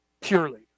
purely